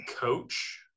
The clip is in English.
coach